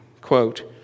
Quote